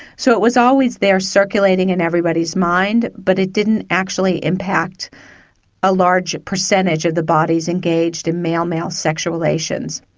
so it was always there circulating in everybody's mind, but it didn't actually impact a large percentage of the bodies engaged in male-male sexual relations.